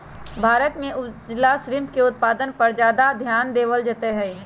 भारत में उजला श्रिम्फ के उत्पादन पर ज्यादा ध्यान देवल जयते हई